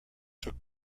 took